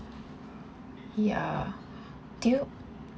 ya do you